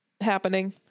happening